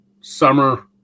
summer